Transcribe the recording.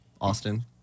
Austin